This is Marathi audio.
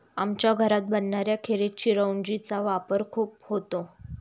आमच्या घरात बनणाऱ्या खिरीत चिरौंजी चा वापर खूप होतो